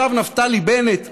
ישב נפתלי בנט,